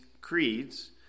creeds